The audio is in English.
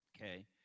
Okay